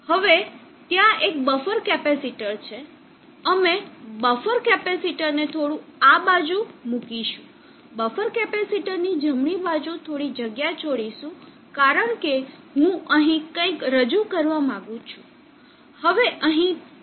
હવે ત્યાં એક બફર કેપેસિટર છે અમે બફર કેપેસિટર ને થોડું આ બાજુ મૂકીશું બફર કેપેસિટર ની જમણી બાજુ થોડી જગ્યા છોડીશું કારણ કે હું અહીં કંઈક રજૂ કરવા માંગું છું